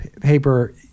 paper